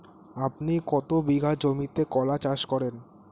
আপনি কত বিঘা জমিতে কলা চাষ করেন?